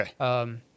okay